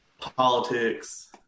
politics